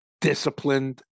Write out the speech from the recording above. disciplined